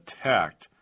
attacked